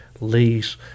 lease